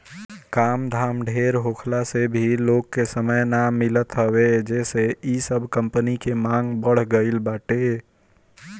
काम धाम ढेर होखला से भी लोग के समय ना मिलत हवे जेसे इ सब कंपनी के मांग बढ़ गईल बाटे